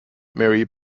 mary